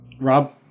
Rob